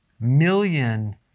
million